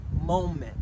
moment